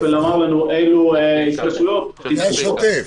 ולומר לנו אלו התקשרויות --- זה השוטף.